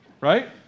Right